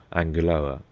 anguloa,